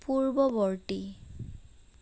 পূৰ্বৱৰ্তী